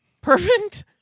Perfect